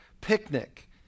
picnic